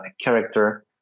character